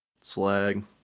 Slag